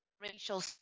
racial